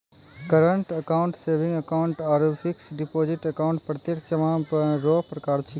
current account saving account आरु fix deposit account प्रत्यक्ष जमा रो प्रकार छिकै